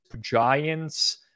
Giants